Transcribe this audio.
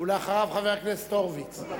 ולאחריו, חבר הכנסת הורוביץ.